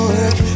work